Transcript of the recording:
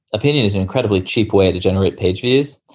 opinion is and incredibly cheap. way to generate page views.